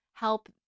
help